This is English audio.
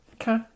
Okay